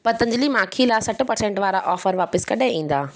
पतंजलि माखी लाइ अठ परसेंट वारा ऑफर वापसि कॾहिं ईंदा